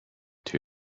two